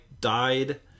Died